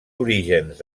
orígens